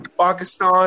Pakistan